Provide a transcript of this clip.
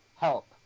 help